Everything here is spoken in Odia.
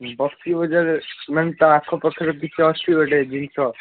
ବକ୍ସି ବଜାରରେ ମାନେ ତା ଆଖପାଖରେ କିଛି ଅଛି ଗୋଟେ ଜିନିଷ